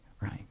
Right